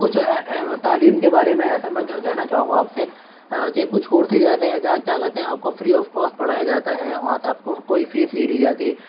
کچھ تعلیم کے بارے میں ایسا میں کہنا چاہوں گا آپ سے کہ کچھ کورسیز ایسے ہیں جہاں کیا کہتے ہیں آپ کو فری آف کوس پڑھایا جاتا ہے وہاں سے آپ کو کوئی فیس نہیں لی جاتی